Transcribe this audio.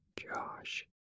Josh